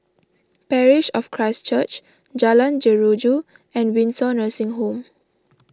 Parish of Christ Church Jalan Jeruju and Windsor Nursing Home